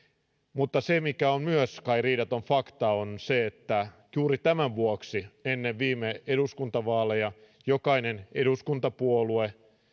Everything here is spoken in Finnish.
mutta se mikä on myös kai riidaton fakta on se että juuri tämän vuoksi ennen viime eduskuntavaaleja jokainen eduskuntapuolue